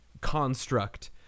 construct